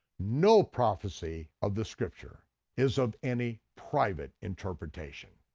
no prophecy of the scripture is of any private interpretation.